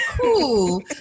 Cool